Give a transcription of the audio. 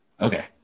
Okay